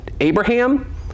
Abraham